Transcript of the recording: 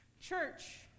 Church